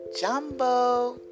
Jumbo